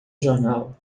jornal